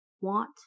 want